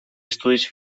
estudis